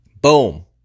boom